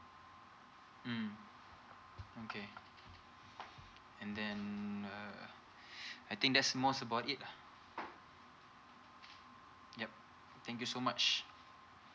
mm okay and then uh I think that's most about it lah yup thank you so much